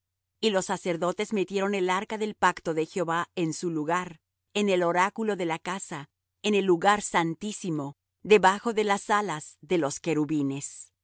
y los sacerdotes metieron el arca del pacto de jehová en su lugar en el oráculo de la casa en el lugar santísimo debajo de las alas de los querubines